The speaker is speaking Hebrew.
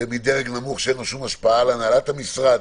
מדרג נמוך שאין לו שום השפעה על הנהלת המשרד?